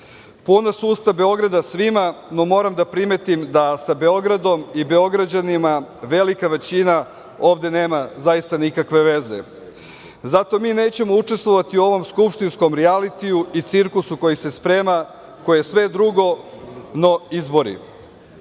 Puna su usta Beograda svima, no moram da primetim da sa Beogradom i Beograđanima velika većina ovde nema zaista nikakve veze. Zato mi nećemo učestvovati u ovom skupštinskom rijalitiju i cirkusu koji se sprema, koji je sve drugo, no izbori. Došli